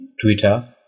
twitter